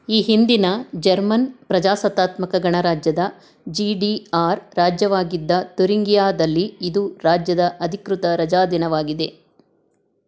ಈ ಹಿಂದಿನ ಜರ್ಮನ್ ಪ್ರಜಾಸತ್ತಾತ್ಮಕ ಗಣರಾಜ್ಯದ ಜಿ ಡಿ ಆರ್ ರಾಜ್ಯವಾಗಿದ್ದ ತುರಿಂಗಿಯಾದಲ್ಲಿ ಇದು ರಾಜ್ಯದ ಅಧಿಕೃತ ರಜಾದಿನವಾಗಿದೆ